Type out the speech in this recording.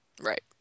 Right